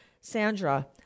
Sandra